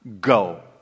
go